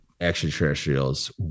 extraterrestrials